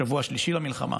בשבוע השלישי למלחמה.